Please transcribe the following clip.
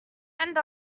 end